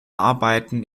arbeiten